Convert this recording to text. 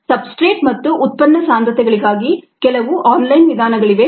substrate ಮತ್ತು ಉತ್ಪನ್ನ ಸಾಂದ್ರತೆಗಳಿಗಾಗಿ ಕೆಲವು ಆನ್ ಲೈನ್ ವಿಧಾನಗಳಿವೆ